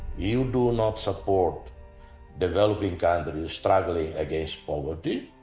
you do not support developing countries struggling against poverty.